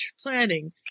planning